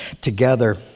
together